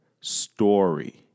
story